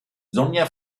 sonja